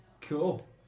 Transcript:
Cool